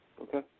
Okay